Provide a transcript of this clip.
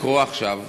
לקרוא עכשיו,